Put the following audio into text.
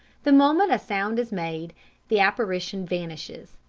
the moment a sound is made the apparition vanishes.